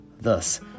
Thus